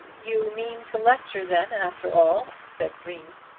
you mean to lecture then after all, said green.